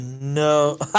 No